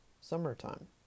summertime